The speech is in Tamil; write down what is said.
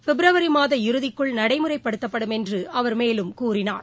பிப்ரவரிமாத இறுதிக்குள் நடைமுறைப்படுத்தப்படும் என்றுஅவர் மேலும் கூறினார்